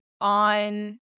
on